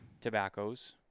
tobaccos